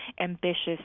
ambitious